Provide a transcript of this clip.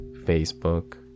facebook